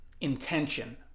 intention